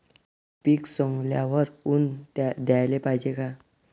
पीक सवंगल्यावर ऊन द्याले पायजे का?